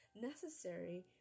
necessary